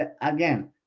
again